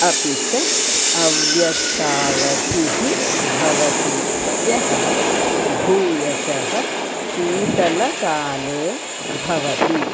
अपि च अव्यस्तावधिः भवति यः भूयशः शीतलकाले भवति